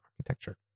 architecture